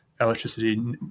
electricity